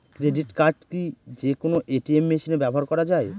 Credit card কি যে কোনো এ.টি.এম মেশিনে ব্যবহার করা য়ায়?